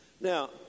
Now